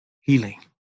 healing